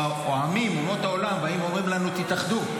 העמים, אומות העולם, באים ואומרים לנו: התאחדו.